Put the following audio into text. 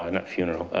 ah not funeral,